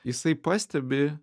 jisai pastebi